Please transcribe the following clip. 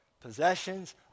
possessions